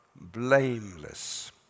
blameless